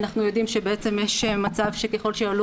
אנחנו יודעים שיש מצב שככל שיעלה